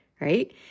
right